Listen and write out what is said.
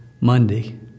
Monday